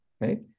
right